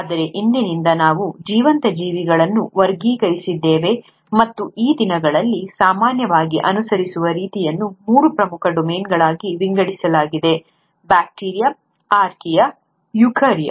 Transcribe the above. ಆದರೆ ಇಂದಿನಿಂದ ನಾವು ಜೀವಂತ ಜೀವಿಗಳನ್ನು ವರ್ಗೀಕರಿಸಿದ್ದೇವೆ ಮತ್ತು ಈ ದಿನಗಳಲ್ಲಿ ಸಾಮಾನ್ಯವಾಗಿ ಅನುಸರಿಸುವ ರೀತಿಯನ್ನು ಮೂರು ಪ್ರಮುಖ ಡೊಮೇನ್ಗಳಾಗಿ ವಿಂಗಡಿಸಲಾಗಿದೆ ಬ್ಯಾಕ್ಟೀರಿಯಾ ಆರ್ಕಿಯಾ ಮತ್ತು ಯುಕಾರ್ಯ